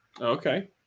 Okay